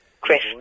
Chris